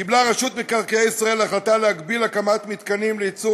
קיבלה רשות מקרקעי ישראל החלטה להגביל הקמת מתקנים לייצור